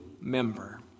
member